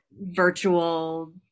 virtual